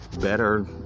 better